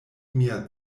mia